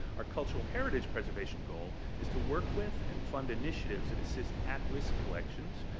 our cultural heritage preservation goal is to work with and fund initiatives that assist at-risk collections,